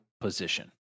position